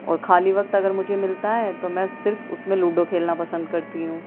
اور خالی وقت اگر مجھے ملتا ہے تو میں صرف اس میں لوڈو کھیلنا پسند کرتی ہوں